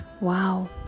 Wow